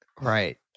right